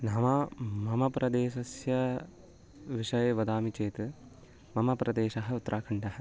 नाम मम प्रदेशस्य विषये वदामि चेत् मम प्रदेशः उत्राखण्डः